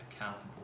accountable